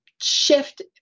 shift